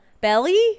Belly